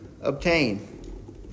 obtain